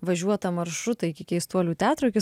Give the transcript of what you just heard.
važiuotą maršrutą iki keistuolių teatro iki